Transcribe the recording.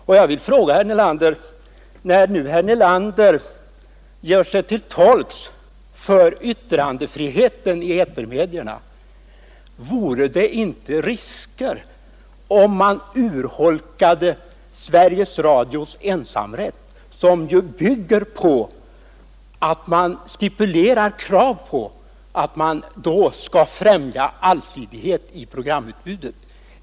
När herr Nelander nu gör sig till tolk för yttrandefriheten i etermedierna vill jag fråga: Är det inte risk då för att man urholkar Sveriges Radios ensamrätt, som ju bygger på att man uppställt krav om att främja allsidigheten i programutbudet?